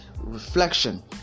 reflection